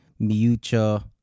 Miucha